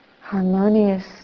harmonious